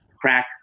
crack